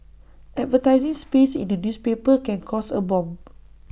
advertising space in A newspaper can cost A bomb